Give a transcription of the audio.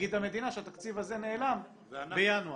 תגיד המדינה שהתקציב הזה נעלם בינואר.